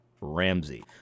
Ramsey